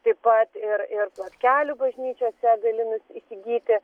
taip pat ir ir plotkelių bažnyčiose gali nu įsigyti